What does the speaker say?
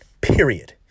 period